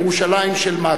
ירושלים של מטה.